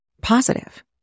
positive